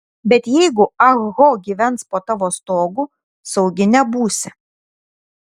bet jeigu ah ho gyvens po tavo stogu saugi nebūsi